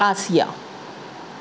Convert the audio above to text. Asiya